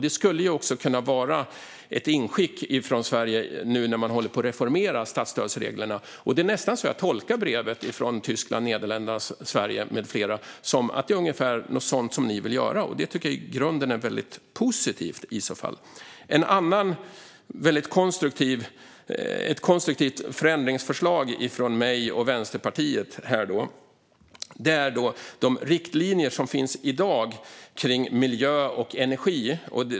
Det skulle också kunna vara ett inspel från Sverige nu när man håller på att reformera statsstödsreglerna. Det är nästan så jag tolkar brevet från Tyskland, Nederländerna, Sverige med flera, alltså att det är ungefär något sådant som ni vill göra. Det tycker jag i grunden är väldigt positivt i så fall. Ett annat konstruktivt förändringsförslag från mig och Vänsterpartiet rör de riktlinjer som finns i dag gällande miljö och energi, EEAG.